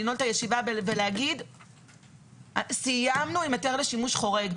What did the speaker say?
לנעול את הישיבה ולומר שסיימנו עם היתר לשימוש חורג.